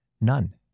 none